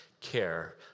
care